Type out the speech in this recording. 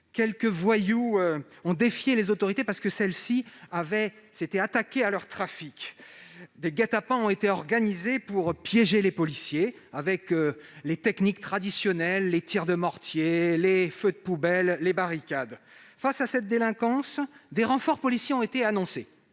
Quelques voyous ont défié les autorités, parce que celles-ci s'étaient attaquées à leur trafic. Des guets-apens ont été organisés pour piéger les policiers, avec les techniques traditionnelles : tirs de mortier, feux de poubelles et barricades. Face à cette délinquance, des renforts policiers ont été annoncés-